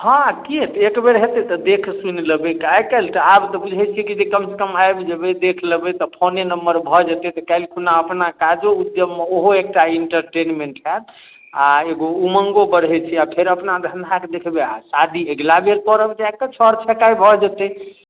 हॅं की हेतै एकबेर हेतै तऽ देख सुनि लबै आइ काल्हि तऽ आब तऽ बुझै छियै कि जे कमसँ कम आबि जेबै देख लबै तऽ फोने नम्बर भऽ जेतै तऽ काल्हि खुना अपना काजो उद्यममे ओहो एकटा इन्टरटेनमेन्ट हैत आ एगो उमङ्गो बढ़ै छै आ फेर अपना धन्धा के देखबै आ शादी अगिला बेर करब जा कऽ छड़ छटाइ भऽ जेतै